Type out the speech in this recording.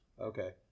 Okay